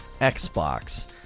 Xbox